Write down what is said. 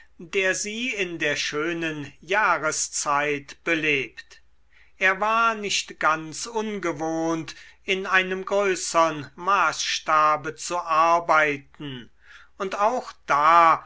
der sie in der schönen jahreszeit belebt er war nicht ganz ungewohnt in einem größern maßstabe zu arbeiten und auch da